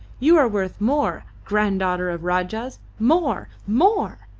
you are worth more, granddaughter of rajahs! more! more!